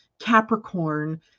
Capricorn